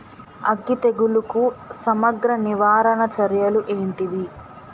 అగ్గి తెగులుకు సమగ్ర నివారణ చర్యలు ఏంటివి?